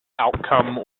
outcome